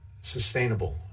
sustainable